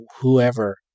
whoever